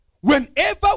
Whenever